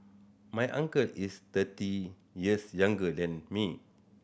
my uncle is thirty years younger than me